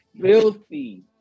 Filthy